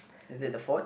is it the fort